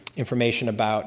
information about